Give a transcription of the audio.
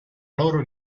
loro